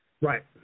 Right